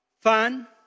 fun